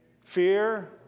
Fear